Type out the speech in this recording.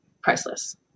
priceless